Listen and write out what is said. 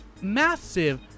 massive